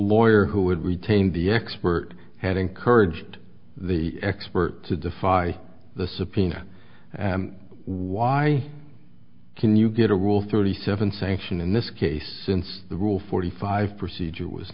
lawyer who had retained the expert had encouraged the expert to defy the subpoena why can you get a rule thirty seven sanction in this case since the rule forty five procedure was